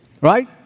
right